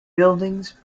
buildings